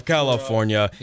California